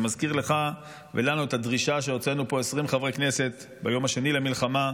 אני מזכיר לך ולנו את הדרישה שהוצאנו פה 20 חברי כנסת ביום השני למלחמה,